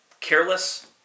careless